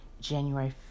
January